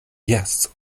jes